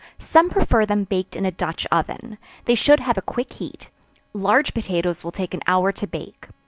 some prefer them baked in a dutch-oven they should have a quick heat large potatoes will take an hour to bake.